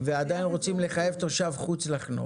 ועדיין רוצים לחייב תושב חוץ לחנות,